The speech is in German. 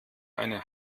eine